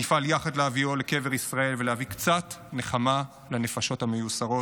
נפעל יחד להביאו לקבר ישראל ולהביא קצת נחמה לנפשות המיוסרות.